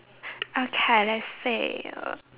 okay let's see